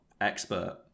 Expert